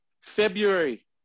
February